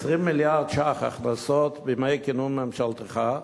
20 מיליארד ש"ח הכנסות בימי כינון ממשלתך,